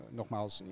nogmaals